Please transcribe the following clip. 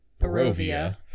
Barovia